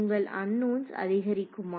உங்கள் அன்நோன்ஸ் அதிகரிக்குமா